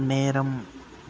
நேரம்